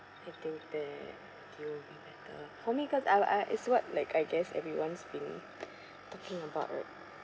I think that B_T_O way better for me cause I I it's what like I guess everyone's been talking about right